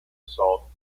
assault